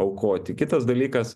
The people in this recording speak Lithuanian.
aukoti kitas dalykas